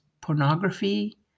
pornography